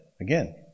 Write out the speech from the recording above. Again